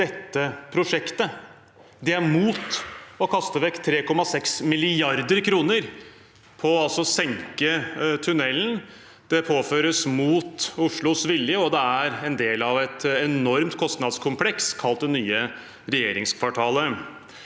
dette prosjektet. De er imot å kaste vekk 3,6 mrd. kr på å senke tunnelen. Det påføres mot Oslos vilje, og det er en del av et enormt kostnadskompleks kalt det nye regjeringskvartalet.